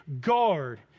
guard